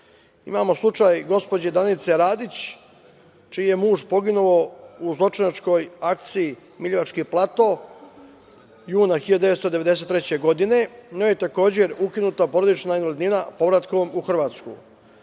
slučaj, gospođe Danice Radić, čiji je muž poginuo u zločinačkoj akciji „Miljevački plato“, juna 1993. godine, njoj je takođe ukinuta porodična invalidnina, povratkom u Hrvatsku. Mislim